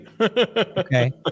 Okay